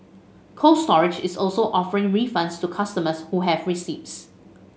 Cold Storage is also offering refunds to customers who have receipts